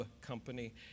company